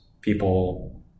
people